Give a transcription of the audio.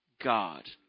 God